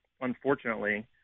unfortunately